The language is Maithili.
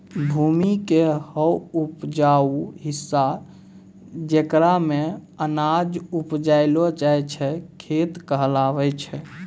भूमि के हौ उपजाऊ हिस्सा जेकरा मॅ अनाज उपजैलो जाय छै खेत कहलावै छै